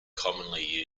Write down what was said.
commonly